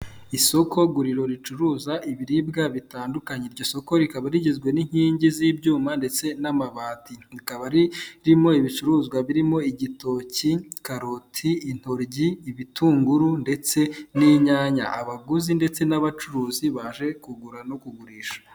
Isoko guriro ricuruza ibiribwa bitandukanye, iryo soko rikaba rigizwe n'inkingi z'ibyuma ndetse n'amabati, rikaba ririmo ibicuruzwa birimo; igitoki, karoti, intoryi ibitunguru ndetse n'inyanya, abaguzi ndetse n'abacuruzi baje kugura no kugurisha.